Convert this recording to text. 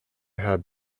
have